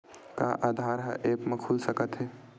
का आधार ह ऐप म खुल सकत हे?